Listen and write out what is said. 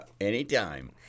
anytime